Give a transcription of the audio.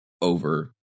over